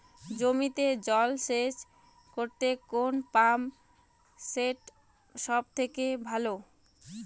জমিতে জল সেচ করতে কোন পাম্প সেট সব থেকে ভালো?